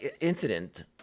incident